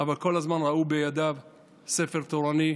אבל כל הזמן ראו בידיו ספר תורני,